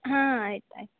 ಹಾಂ ಆಯ್ತು ಆಯ್ತುರೀ